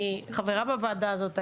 אני חברה בוועדה הזאת.